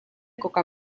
coca